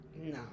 No